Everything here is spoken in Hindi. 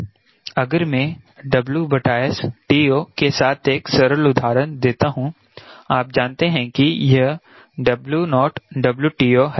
अगर मैं TO के साथ एक सरल उदाहरण देता हूं आप जानते हैं कि यह W0 WTO है